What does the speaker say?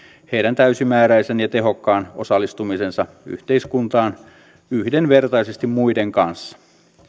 heidän täysimääräisen ja tehokkaan osallistumisensa yhteiskuntaan yhdenvertaisesti muiden kanssa